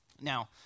Now